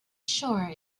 sure